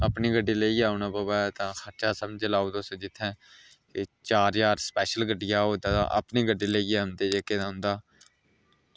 अपनी गड्डी लेइयै औंदे तां खर्चा औंदा जित्थें चार ज्हार स्पेशल गड्डी औग तां अपनी गड्डी लेइयै औंदे तां उंदा